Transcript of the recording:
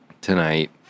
tonight